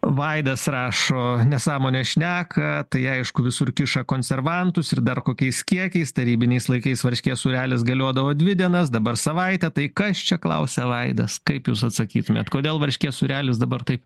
vaidas rašo nesąmones šneka tai aišku visur kiša konservantus ir dar kokiais kiekiais tarybiniais laikais varškės sūrelis galiodavo dvi dienas dabar savaitę tai kas čia klausia vaidas kaip jūs atsakytumėt kodėl varškės sūrelis dabar taip